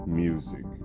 music